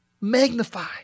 magnify